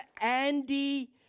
Andy